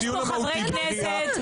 בואו, באמת.